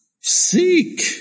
seek